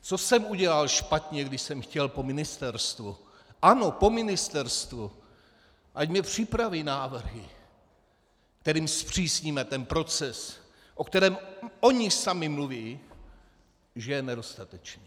Co jsem udělal špatně, když jsem chtěl po ministerstvu, ano po ministerstvu, ať mi připraví návrhy, kterými zpřísníme ten proces, o kterém oni sami mluví, že je nedostatečný.